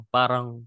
parang